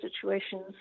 situations